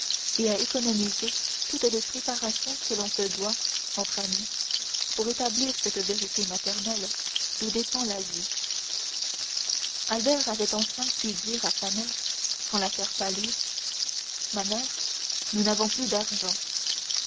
et à économiser toutes les privations que l'on se doit entre amis pour établir cette vérité matérielle d'où dépend la vie albert avait enfin pu dire à sa mère sans la faire pâlir ma mère nous n'avons plus d'argent